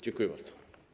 Dziękuję bardzo.